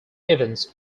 events